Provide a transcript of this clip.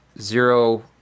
zero